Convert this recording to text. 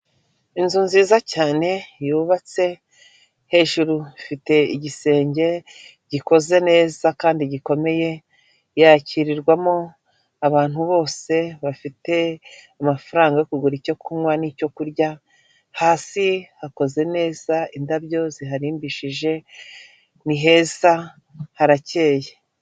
Inzu nziza cyane yubatse, hejuru ifite igisenge gikoze neza kandi gikomeye, yakirirwamo abantu bose bafite amafaranga yo kugura icyo kunywa n'icyo kurya; hasi hakoze neza, indabyo ziharimbishije; ni heza harakeye.